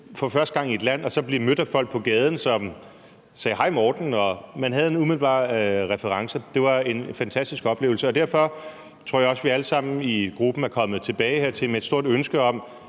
for første gang og så blive mødt af folk på gaden, som sagde: Hej Morten. Man havde en umiddelbar reference. Det var en fantastisk oplevelse, og derfor tror jeg også, vi alle sammen i gruppen er kommet tilbage hertil med et stort ønske om